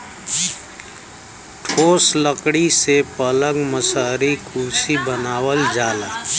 ठोस लकड़ी से पलंग मसहरी कुरसी बनावल जाला